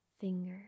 finger